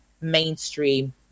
mainstream